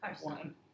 one